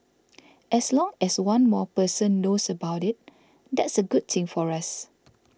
as long as one more person knows about it that's a good thing for us